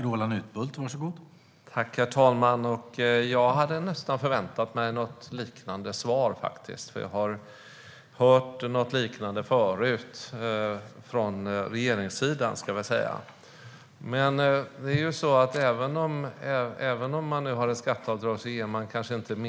Herr talman! Jag hade förväntat mig ett liknande svar, för jag har hört något liknande förut från regeringen. Man ger inte mindre med hjärtat om man har ett skatteavdrag.